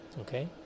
okay